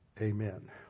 Amen